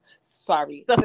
sorry